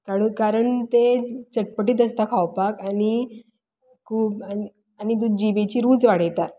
कारण ते चटपटीत आसता खावपाक आनी खूब आनी तो जिबेची रूच वाडयतात